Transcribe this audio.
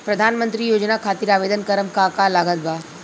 प्रधानमंत्री योजना खातिर आवेदन करम का का लागत बा?